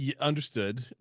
understood